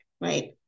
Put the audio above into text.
right